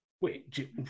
Wait